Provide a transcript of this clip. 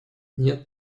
нет